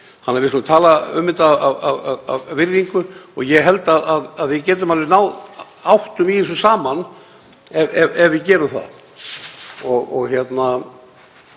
Þannig að við skulum tala um þetta af virðingu og ég held að við getum alveg náð áttum í þessu saman ef við gerum það.